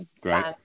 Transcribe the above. great